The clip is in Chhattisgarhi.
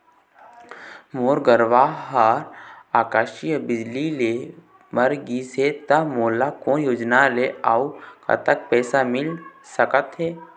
मोर गरवा हा आकसीय बिजली ले मर गिस हे था मोला कोन योजना ले अऊ कतक पैसा मिल सका थे?